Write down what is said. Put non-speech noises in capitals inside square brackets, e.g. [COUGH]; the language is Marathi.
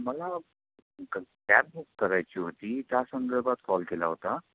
मला [UNINTELLIGIBLE] कॅब बुक करायची होती त्यासंदर्भात कॉल केला होता